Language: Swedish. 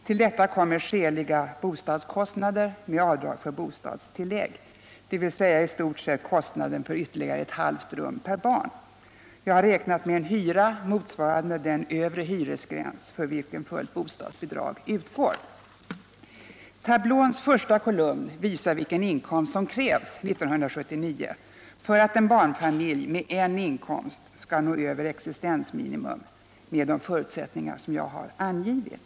Till detta kommer skäliga bostadskostnader med avdrag för bostadstillägg, dvs. i stort sett kostnaden för ytterligare 0,5 rum per barn. Jag har här räknat med en hyra motsvarande den övre hyresgräns för vilken fullt bostadsbidrag utgår. Tablåns första kolumn visar vilken inkomst som krävs 1979 för att en barnfamilj med en inkomst skall nå över existensminimum med de förutsättningar som jag tidigare har angivit.